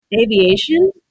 Aviation